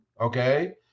Okay